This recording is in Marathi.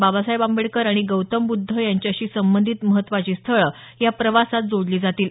बाबासाहेब आंबेडकर आणि गौतम बुद्ध यांच्याशी संबंधित महत्वाची स्थळं या प्रवासात जोडली जातील